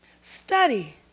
study